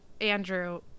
Andrew